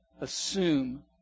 assume